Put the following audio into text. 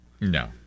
No